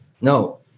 No